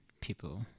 people